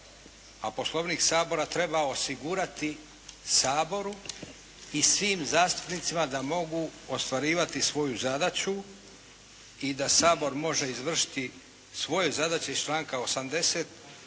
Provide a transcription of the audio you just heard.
A Poslovnik Sabora treba osigurati Saboru i svim zastupnicima da mogu ostvarivati svoju zadaću i da Sabor može izvršiti svoje zadaće iz članka 80.